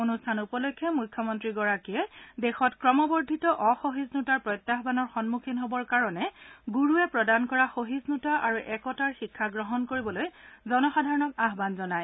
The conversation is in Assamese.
অনুষ্ঠান উপলক্ষে মুখ্যমন্ত্ৰীগৰাকীয়ে দেশত ক্ৰমবৰ্ধিত অসহিষ্ণতাৰ প্ৰত্যাহানৰ সন্মুখীন হবৰ কাৰণে গুৰুৱে প্ৰদান কৰা সহিফুতা আৰু একতাৰ শিক্ষা গ্ৰহণ কৰিবলৈ জনসাধাৰণক আহান জনায়